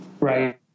right